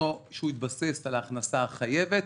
שהתבסס על ההכנסה החייבת,